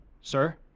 Sir